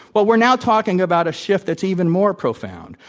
well, we're now talking about a shift that's even more profound,